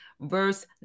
verse